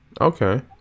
okay